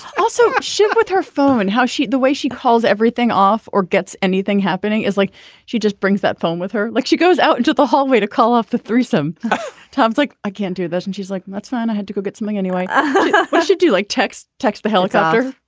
also ship with her phone how she the way she calls everything off or gets anything happening is like she just brings that phone with her like she goes out into the hallway to call off the threesome tom's like i can't do that and she's like that's fine i had to go get something anyway i should do like text text by helicopter.